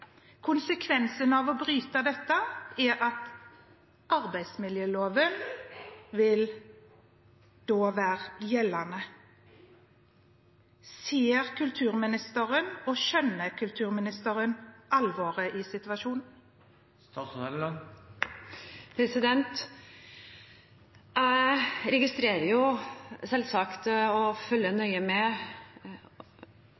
Konsekvensen av å bryte dette er at arbeidsmiljøloven da vil være gjeldende. Ser og skjønner kulturministeren alvoret i situasjonen? Jeg registrerer selvsagt og følger